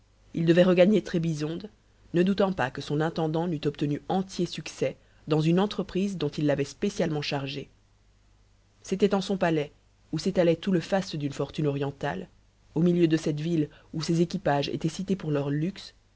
il devait regagner trébizonde ne doutant pas que son intendant n'eût obtenu entier succès dans une entreprise dont il l'avait spécialement chargé c'était en son palais où s'étalait tout le faste d'une fortune orientale au milieu de cette ville où ses équipages étaient cités pour leur luxe